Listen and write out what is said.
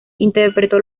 interpretó